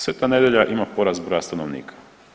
Sveta Nedelja ima porast broja stanovnika.